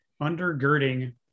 undergirding